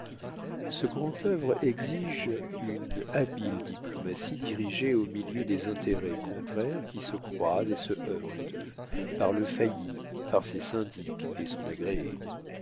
ce grand œuvre exige une habile diplomatie dirigée au milieu des intérêts contraires qui se croisent et se heurtent par le failli par ses syndics et son agréé